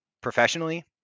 professionally